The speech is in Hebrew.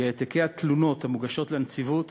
כי העתקי התלונות המוגשות לנציבות